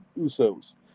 Usos